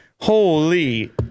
Holy